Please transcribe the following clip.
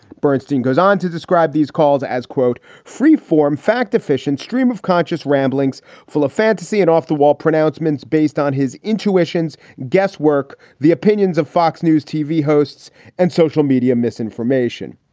bernstein goes on to describe these calls as, quote, free-form fact efficient stream of conscious ramblings full of fantasy and off the wall pronouncements based on his intuitions, guesswork, the opinions of fox news, tv hosts and social media misinformation.